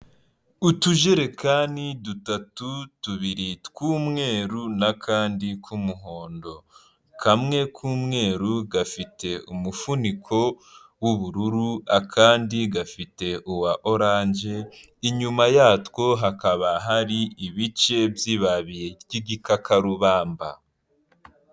Utujerekani dutatu tubiri tw'umweru n'akandi k'umuhondo kamwe k'umweru gafite umufuniko w'ubururu, akandi gafite uwa oranje, inyuma yatwo hakaba hari ibice by'ibabi ry'igikakarubamba.